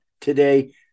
today